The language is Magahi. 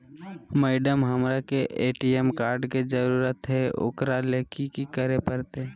मैडम, हमरा के ए.टी.एम कार्ड के जरूरत है ऊकरा ले की की करे परते?